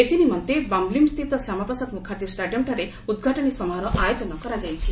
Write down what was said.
ଏଥି ନିମନ୍ତେ ବାମ୍ବୋଲିମ୍ ସ୍ଥିତ ଶ୍ୟାମାପ୍ରସାଦ ମୁଖାର୍ଚ୍ଚୀ ଷ୍ଟାଡିୟମ୍ଠାରେ ଉଦ୍ଘାଟନୀ ସମାରୋହ ଆୟୋଜନ କରାଯାଇଛି